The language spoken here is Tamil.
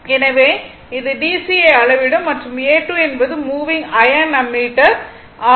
எனவே இது டிசி ஐ அளவிடும் மற்றும் A 2 என்பது மூவிங் அயர்ன் அம்மீட்டர் ஆகும்